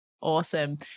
Awesome